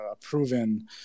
proven –